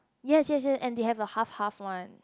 yes yes yes and they have a half half one